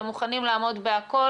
הם מוכנים לעמוד בכול,